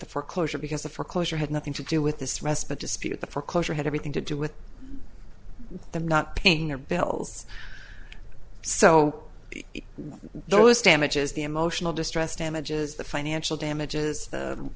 the foreclosure because the foreclosure had nothing to do with this respite dispute the foreclosure had everything to do with them not paying their bills so those damages the emotional distress damages the financial damages